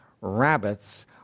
rabbits